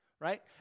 right